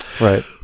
Right